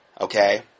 Okay